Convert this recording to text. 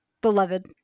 beloved